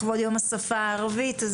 לכבוד יום השפה הערבית,